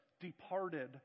departed